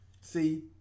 see